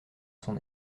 son